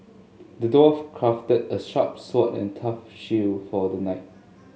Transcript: the dwarf crafted a sharp sword and a tough shield for the knight